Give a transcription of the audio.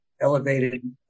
elevated